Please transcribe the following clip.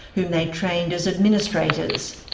whom they trained as administrators.